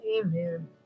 Amen